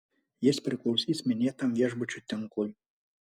jis priklausys minėtam viešbučių tinklui